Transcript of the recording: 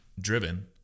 driven